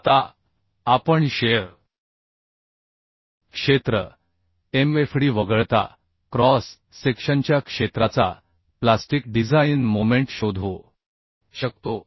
आता आपण शिअर क्षेत्र mfd वगळता क्रॉस सेक्शनच्या क्षेत्राचा प्लास्टिक डिझाइन मोमेंट शोधू शकतो